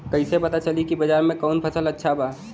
कैसे पता चली की बाजार में कवन फसल अच्छा बा?